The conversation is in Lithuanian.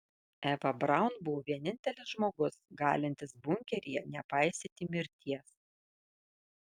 eva braun buvo vienintelis žmogus galintis bunkeryje nepaisyti mirties